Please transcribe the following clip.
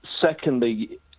Secondly